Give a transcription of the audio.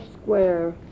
square